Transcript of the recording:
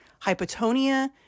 hypotonia